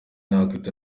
nakwita